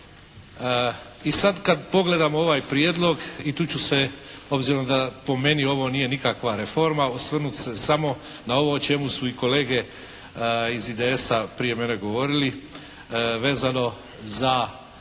I sad kad pogledamo ovaj prijedlog i tu ću se obzirom da po meni ovo nije nikakva reforma osvrnut se samo na ovo o čemu su i kolege iz IDS-a prije mene govorili vezano za